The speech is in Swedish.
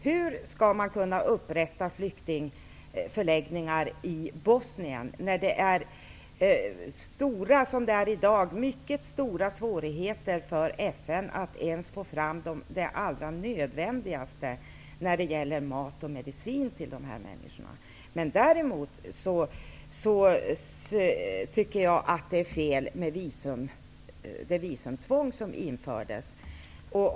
Hur skall man kunna upprätta flyktingförläggningar i Bosnien? I dag är det mycket stora svårigheter för FN att ens få fram det allra nödvändigaste när det gäller mat och medicin till dessa människor. Däremot tycker jag att det är fel med det visumtvång som har införts.